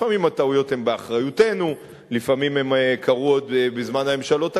לפעמים הטעויות הן באחריותנו ולפעמים הן קרו עוד בזמן הממשלות הקודמות,